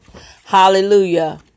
Hallelujah